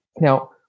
Now